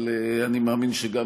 אבל אני מאמין שגם